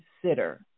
consider